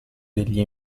degli